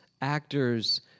actors